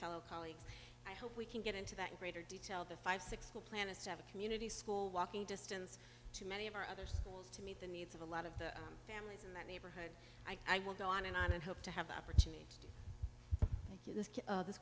fellow colleagues i hope we can get into that greater detail the five six the planets have a community school walking distance to many of our other schools to meet the needs of a lot of the families in that neighborhood i will go on and on and hope to have the opportunity to thank you this this